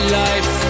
life